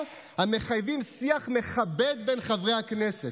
המחייבים שיח מכבד בין חברי הכנסת,